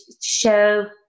show